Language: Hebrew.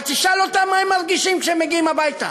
אבל תשאל אותם מה הם מרגישים כשהם מגיעים הביתה.